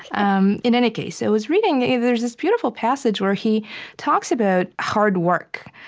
um in any case, i was reading there's this beautiful passage where he talks about hard work.